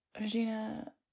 Regina